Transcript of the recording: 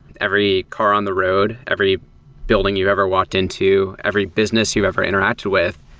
every car on the road, every building you've ever walked into, every business you ever interact with,